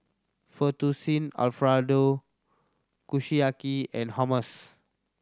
Fettuccine Alfredo Kushiyaki and Hummus